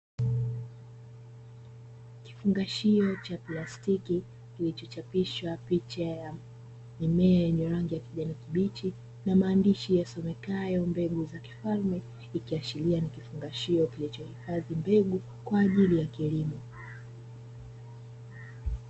Kifungashio cha plastiki kilicho chapishwa picha ya mimea ya rangi ya kijani kibichi na maandishi yanayosomekayo "Mbegu za kifalme " ikiashiria ni kifungashio kilichohifadhi mbegu kwaajili ya kilimo.